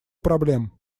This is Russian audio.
проблем